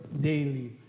daily